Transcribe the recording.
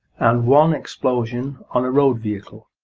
and one explosion on a road vehicle.